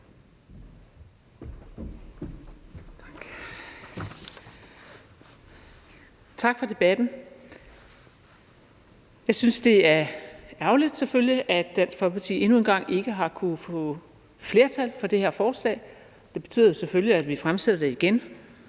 Tak for debatten. Jeg synes selvfølgelig, det er ærgerligt, at Dansk Folkeparti endnu en gang ikke har kunnet få flertal for det her forslag. Det betyder selvfølgelig, at vi fremsætter det igen